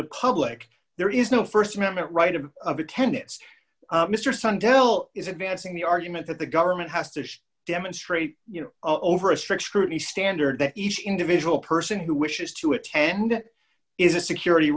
the public there is no st amendment right of attendance mr sunday will is advancing the argument that the government has to demonstrate you know over a strict scrutiny standard that each individual person who wishes to attend is a security